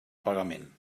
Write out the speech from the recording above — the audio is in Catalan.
pagament